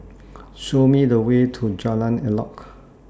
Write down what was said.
Show Me The Way to Jalan Elok